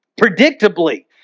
Predictably